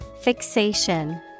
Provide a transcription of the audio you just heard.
Fixation